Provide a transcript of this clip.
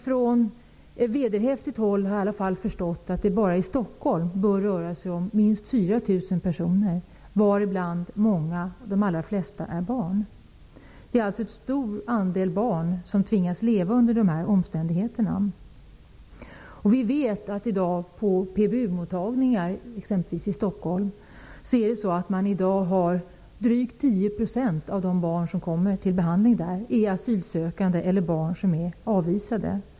Från vederhäftigt håll har jag fått uppgifter på att det bara i Stockholm bör röra sig om minst 4 000 personer, varav de allra flesta är barn. Det är alltså en stor andel barn som tvingas leva under de här omständigheterna. Vi vet att på PBU-mottagningar, t.ex. i Stockholm, är drygt 10 % av de barn som får behandling asylsökande eller barn som är avvisade.